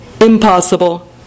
impossible